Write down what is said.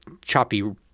choppy